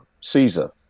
Caesar